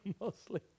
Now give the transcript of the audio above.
Mostly